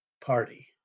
Party